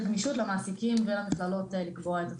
גמישות למעסיקים ולמכללות לקבוע את התכנים.